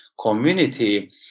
community